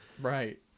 Right